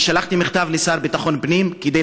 אני שלחתי מכתב לשר לביטחון פנים כדי